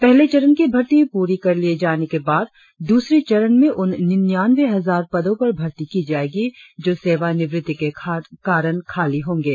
पहले चरण की भर्ती पूरी कर लिये जाने के बाद दूसरे चरण में उन निन्यानवें हजार पदों पर भर्ती की जाएगी जो सेवानिवृत्ति के कारण खाली होंगे